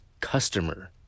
customer